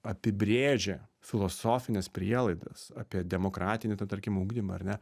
apibrėžė filosofines prielaidas apie demokratinį tą tarkim ugdymą ar ne